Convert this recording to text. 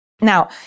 Now